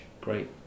Great